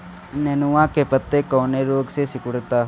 नेनुआ के पत्ते कौने रोग से सिकुड़ता?